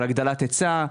על הגדלת היצע,